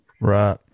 Right